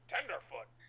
Tenderfoot